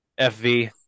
FV